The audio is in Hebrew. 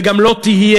וגם לא תהיה.